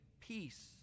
peace